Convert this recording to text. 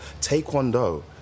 Taekwondo